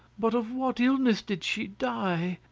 but of what illness did she die?